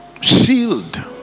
shield